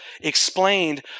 explained